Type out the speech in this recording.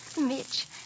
Mitch